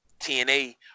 TNA